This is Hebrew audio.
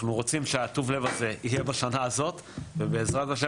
אנחנו רוצים שטוב הלב הזה יהיה בשנה הזאת ובעזרת ה'